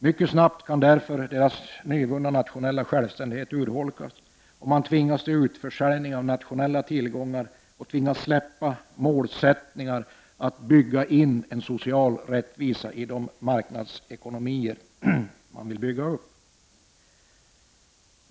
Mycket snabbt kan därför deras nyvunna nationella självständighet urholkas och de kan tvingas till utförsäljning av nationella tillgångar och tvingas släppa målsättningar att bygga in social rättvisa i de marknadsekonomier de vill bygga upp.